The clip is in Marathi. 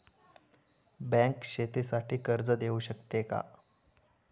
बँक शेतीसाठी कर्ज देऊ शकते का?